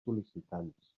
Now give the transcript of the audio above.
sol·licitants